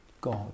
God